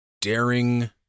daring